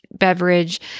beverage